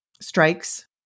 strikes